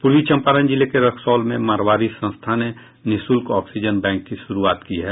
पूर्वी चम्पारण जिले के रक्सौल में मारवाड़ी संस्था ने निःशुल्क ऑक्सीजन बैंक की श्रूआत की है